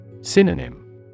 Synonym